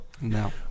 No